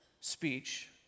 speech